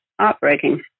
heartbreaking